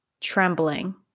trembling